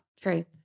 True